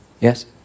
yes